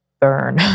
burn